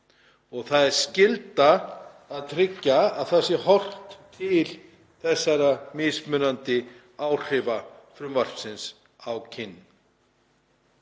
og það er skylda að tryggja að horft sé til þessara mismunandi áhrifa frumvarpsins á kynin.